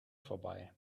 vorbei